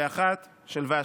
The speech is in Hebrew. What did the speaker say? ואחת של ושתי".